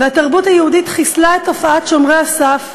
והתרבות היהודית חיסלה את תופעת שומרי הסף.